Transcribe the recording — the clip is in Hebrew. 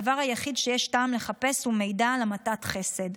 הדבר היחיד שיש טעם לחפש הוא מידע על המתת חסד.